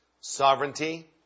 Sovereignty